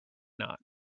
not